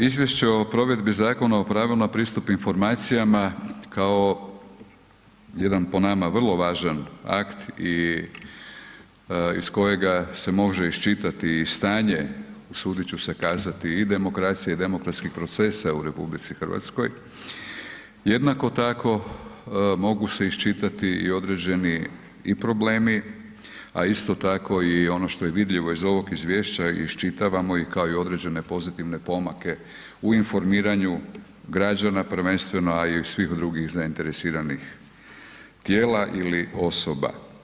Izvješće o provedbi Zakona o pravu na pristup informacijama kao jedan po nama vrlo važan akt i iz kojega se može iščitati stanje, usuditi ću se kazati i demokracije i demokratskih procesa u RH, jednako tako mogu se iščitati i određeni i problemi a isto tako i ono što je vidljivo iz ovog izvješća iščitavamo i kao i određene pozitivne pomake u informiranju građana prvenstveno a i svih drugih zainteresiranih tijela ili osoba.